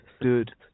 dude